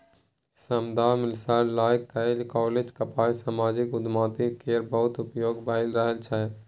समाद सँ लए कए काँलेज कैंपस मे समाजिक उद्यमिता केर बहुत उपयोग भए रहल छै